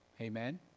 Amen